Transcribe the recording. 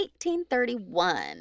1831